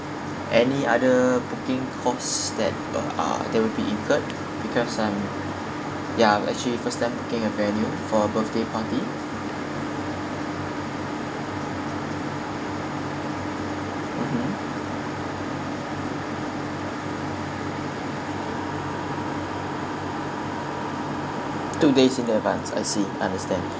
any other booking cost that uh ah that will be incurred because I'm ya actually first time booking a venue for a birthday party mmhmm two days in advance I see understand